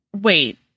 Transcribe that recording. wait